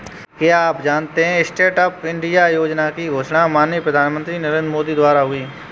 क्या आप जानते है स्टैंडअप इंडिया योजना की घोषणा माननीय प्रधानमंत्री नरेंद्र मोदी द्वारा हुई?